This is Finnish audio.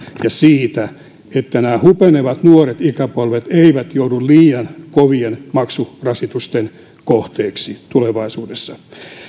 siitä että nämä hupenevat nuoret ikäpolvet eivät joudu liian kovien maksurasitusten kohteeksi tulevaisuudessa